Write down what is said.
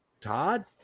todd